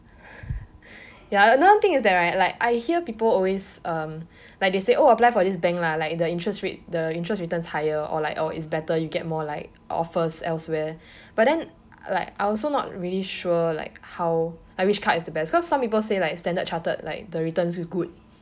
ya another thing is that right like I hear people always um like they say oh apply for this bank lah like the interest rate the interest return is higher or like is better you get more like offers elsewhere but then like I also not really sure like how like which card is the best because some people said like Standard Chartered like the returns is good